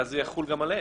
ואז זה יחול גם עליהם.